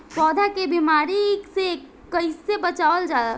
पौधा के बीमारी से कइसे बचावल जा?